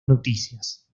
noticias